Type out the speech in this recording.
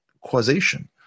causation